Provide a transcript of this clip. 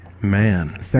Man